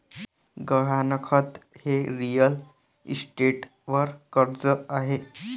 गहाणखत हे रिअल इस्टेटवर कर्ज आहे